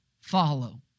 follow